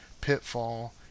Pitfall